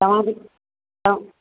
तव्हांजे तव्हां